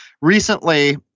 Recently